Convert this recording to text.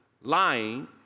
lying